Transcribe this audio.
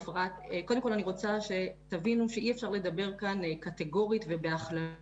קודם כל אני רוצה שתבינו שאי אפשר לדבר כאן קטיגורית ובהכללות.